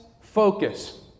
focus